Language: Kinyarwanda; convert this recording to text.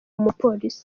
umupolisi